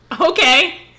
Okay